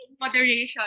Moderation